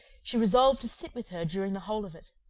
she resolved to sit with her during the whole of it.